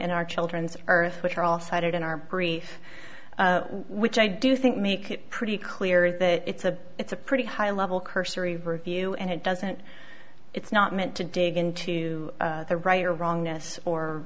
in our children's earth which are all cited in our brief which i do think make it pretty clear that it's a it's a pretty high level cursory review and it doesn't it's not meant to dig into the right or wrong this or